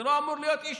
זה לא אמור להיות issue.